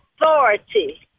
authority